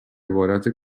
عبارت